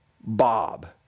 Bob